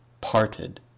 parted